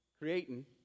creating